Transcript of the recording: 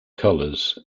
colors